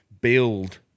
build